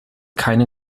keine